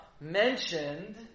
mentioned